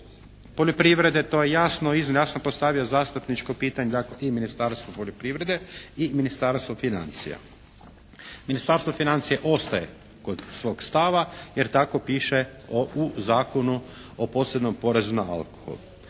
poljoprivrede to je jasno i ja sam postavio zastupničko pitanje i Ministarstvu poljoprivrede i Ministarstvu financija. Ministarstvo financija ostaje kod svog stava jer tako piše u Zakonu o posebnom porezu na alkohol,